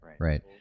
right